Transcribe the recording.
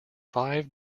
five